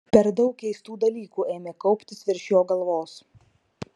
per daug keistų dalykų ėmė kauptis virš jo galvos